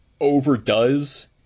overdoes